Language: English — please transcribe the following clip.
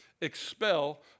Expel